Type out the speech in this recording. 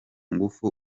ngufu